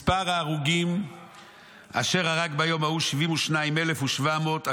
מספר ההרוגים אשר הרג ביום ההוא שבעים ושניים אלף ושבע מאות,